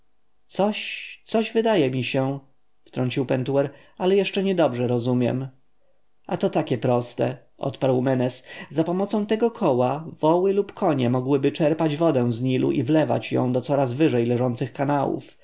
coś coś wydaje mi się wtrącił pentuer ale jeszcze niedobrze rozumiem a to takie proste odparł menes zapomocą tego koła woły lub konie mogłyby czerpać wodę z nilu i wlewać ją do coraz wyżej leżących kanałów